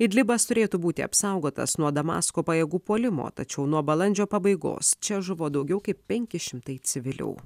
idlibas turėtų būti apsaugotas nuo damasko pajėgų puolimo tačiau nuo balandžio pabaigos čia žuvo daugiau kaip penki šimtai civilių